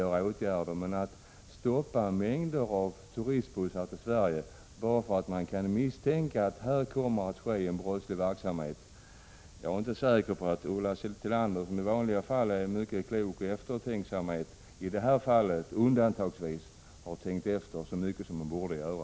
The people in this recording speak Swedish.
Men när Ulla Tillander säger att man skulle stoppa mängder av turistbussar till Sverige bara därför att man kan misstänka att här kommer att ske en brottslig verksamhet, så tror jag att Ulla Tillander — som i vanliga fall är en mycket klok och förtänksam människa — undantagsvis inte har tänkt efter så mycket som hon borde göra.